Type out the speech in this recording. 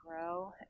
grow